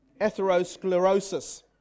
Atherosclerosis